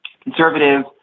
conservative